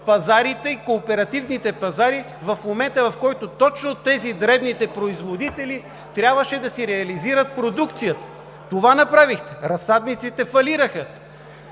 пазарите и кооперативните пазари в момента, в който точно дребните производители трябваше да си реализират продукцията. Това направихте. Разсадниците фалираха.